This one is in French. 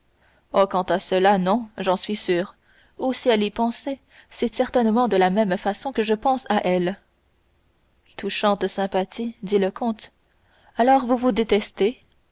oh quant à cela non j'en suis sûr ou si elle y pensait c'est certainement de la même façon que je pense à elle touchante sympathie dit le comte alors vous vous détestez